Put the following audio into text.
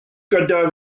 gyda